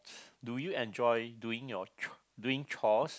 do you enjoy doing your doing chores